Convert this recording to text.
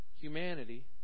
humanity